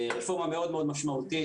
רפורמה מאוד-מאוד משמעותית.